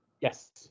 Yes